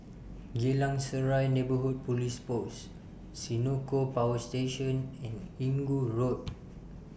Geylang Serai Neighbourhood Police Post Senoko Power Station and Inggu Road